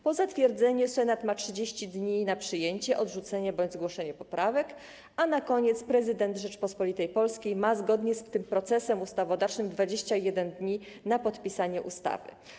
Po zatwierdzeniu Senat ma 30 dni na przyjęcie, odrzucenie bądź zgłoszenie poprawek, a na koniec prezydent Rzeczypospolitej Polskiej ma zgodnie z tym procesem ustawodawczym 21 dni na podpisanie ustawy.